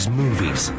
movies